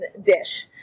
dish